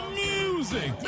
music